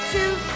two